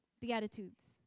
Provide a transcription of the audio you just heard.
Beatitudes